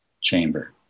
chamber